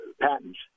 patents